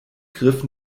griff